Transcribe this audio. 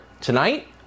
Tonight